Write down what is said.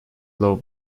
low